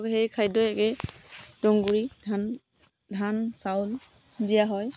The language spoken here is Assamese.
সেই খাদ্যই একেই তুঁহগুৰি ধান ধান চাউল দিয়া হয়